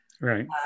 Right